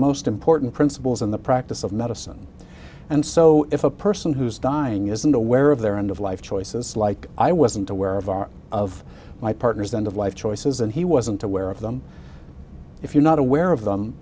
most important principles in the practice of medicine and so if a person who is dying isn't aware of their end of life choices like i wasn't aware of our of my partner's end of life choices and he wasn't aware of them if you're not aware of them